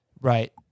Right